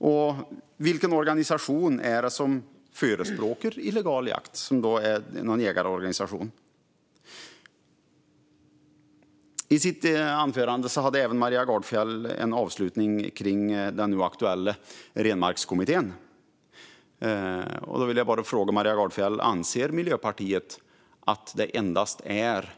Och vilken organisation är det som förespråkar illegal jakt? Det är tydligen någon jägarorganisation. Maria Gardfjell talade på slutet av sitt anförande om den nu aktuella Renmarkskommittén. Jag vill bara fråga om Miljöpartiet anser att det endast är